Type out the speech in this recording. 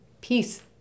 peace